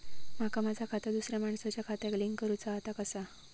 माका माझा खाता दुसऱ्या मानसाच्या खात्याक लिंक करूचा हा ता कसा?